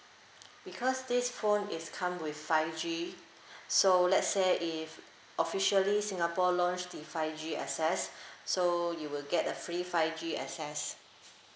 because this phone is come with five G so let's say if officially singapore launch the five G access so you will get a free five G access